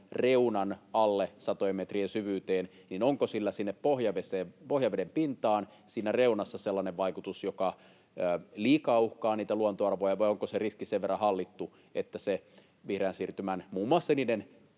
reunan alle, satojen metrien syvyyteen, niin onko sillä sinne pohjaveden pintaan siinä reunassa sellainen vaikutus, joka liikaa uhkaa niitä luontoarvoja, vai onko se riski sen verran hallittu, että se vihreän siirtymän ja muun muassa niiden